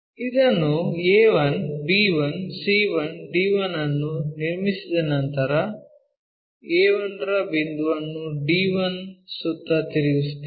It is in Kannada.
ಇದನ್ನು a1 b1 c1 d1 ಅನ್ನು ನಿರ್ಮಿಸಿದ ನಂತರ a1 ರ ಬಿಂದುವನ್ನು d1 ಸುತ್ತ ತಿರುಗಿಸುತ್ತೇವೆ